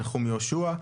נחום יהושוע.